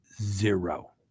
Zero